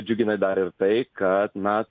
džiugina dar ir tai kad mes